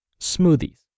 smoothies